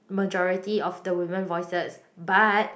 majority of the women voices but